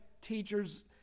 teachers